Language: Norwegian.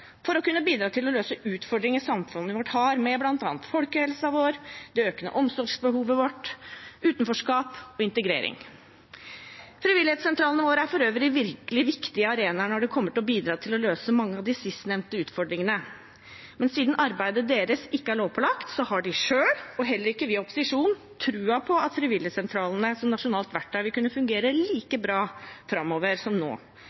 for å kunne bidra til å løse utfordringer samfunnet vårt har med bl.a. folkehelsen vår, det økende omsorgsbehovet vårt, utenforskap og integrering. Frivilligsentralene våre er for øvrig viktige arenaer når det kommer til det å bidra til å løse mange av de sistnevnte utfordringene. Men siden arbeidet deres ikke er lovpålagt, har de ikke selv – og heller ikke vi i opposisjon – troen på at frivilligsentralene som nasjonalt verktøy vil kunne fungere like bra framover som nå,